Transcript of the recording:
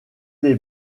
les